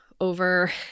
Over